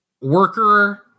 Worker